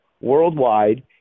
worldwide